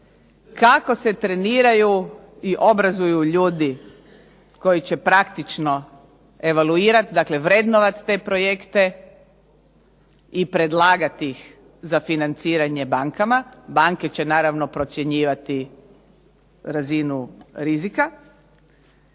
kako se treniraju i obrazuju ljudi koji će praktično evaluirati dakle vrednovati te projekte i predlagati ih za financiranje bankama. Banke će naravno procjenjivati razinu rizika.